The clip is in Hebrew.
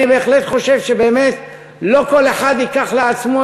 אני בהחלט חושב שבאמת לא כל אחד ייקח לעצמו